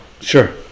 sure